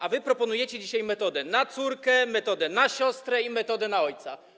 A wy próbujecie dzisiaj metodę na córkę, metodę na siostrę i metodę na ojca.